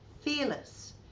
fearless